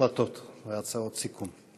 החלטות והצעות סיכום.